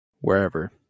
wherever